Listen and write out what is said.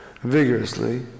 vigorously